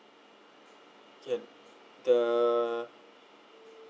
can the